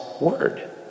word